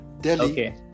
Delhi